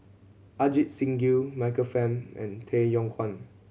Ajit Singh Gill Michael Fam and Tay Yong Kwang